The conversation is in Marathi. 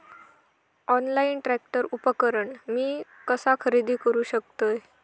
ऑनलाईन ट्रॅक्टर उपकरण मी कसा खरेदी करू शकतय?